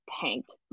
tanked